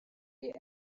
only